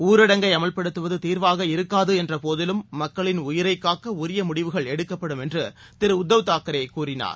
ஊரடங்கை அமல்படுத்துவது தீர்வாக இருக்காது என்றபோதிலும் மக்களின் உயிரை காக்க உரிய முடிவுகள் எடுக்கப்படும் என்று திரு உத்தவ் தாக்கரே கூறினார்